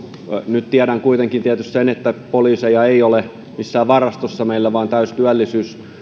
nyt tiedän kuitenkin tietysti sen että poliiseja ei ole missään varastossa meillä vaan täystyöllisyys